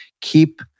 keep